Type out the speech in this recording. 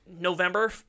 November